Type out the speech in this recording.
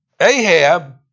Ahab